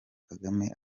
kagame